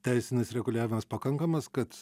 teisinis reguliavimas pakankamas kad